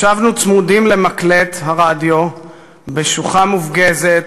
ישבנו צמודים למקלט הרדיו בשוחה מופגזת,